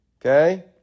Okay